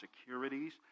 securities